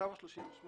שתמ"א 38